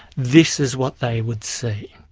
this is what they would see.